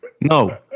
No